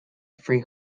free